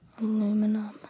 aluminum